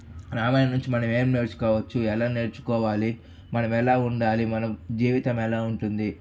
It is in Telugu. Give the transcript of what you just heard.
రామాయణం నుంచి మనం ఏం తెలుసుకోవచ్చు ఎలా నేర్చుకోవాలి మనం ఎలా ఉండాలి మనం జీవితం ఎలా ఉంటుంది